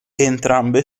entrambe